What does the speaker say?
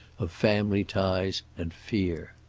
of family ties, and fear.